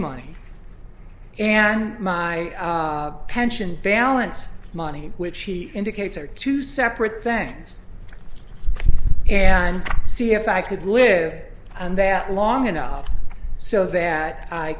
money and my pension balance money which he indicates are two separate things and see if i could live and that long enough so that i